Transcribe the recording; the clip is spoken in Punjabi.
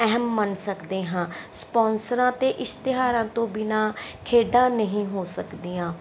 ਅਹਿਮ ਮੰਨ ਸਕਦੇ ਹਾਂ ਸਪੋਂਸਰਾਂ ਅਤੇ ਇਸ਼ਤਿਹਾਰਾਂ ਤੋਂ ਬਿਨਾ ਖੇਡਾਂ ਨਹੀਂ ਹੋ ਸਕਦੀਆਂ